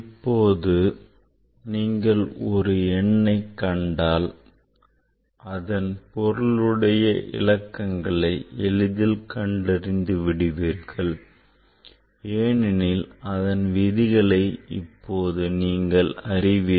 இப்போது நீங்கள் ஒரு எண்ணை கண்டால் அதன் பொருளுடைய இலக்கங்களை எளிதில் கண்டறிந்து விடுவீர்கள் ஏனெனில் அதன் விதிகளை இப்போது நீங்கள் அறிவீர்கள்